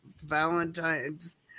Valentine's